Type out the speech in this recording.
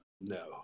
no